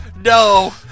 No